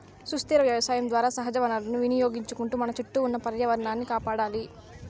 సుస్థిర వ్యవసాయం ద్వారా సహజ వనరులను వినియోగించుకుంటూ మన చుట్టూ ఉన్న పర్యావరణాన్ని కాపాడాలి